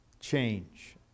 Change